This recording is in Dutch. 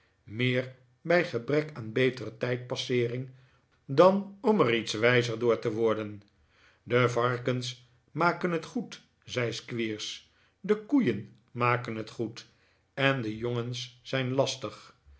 meer bij gebrek aan betere tijdpasseering dan om er iets wij zer door te worden de varkens maken het goed zei squeers de koeien maken het goed en de jongens zijn lastig